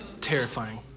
Terrifying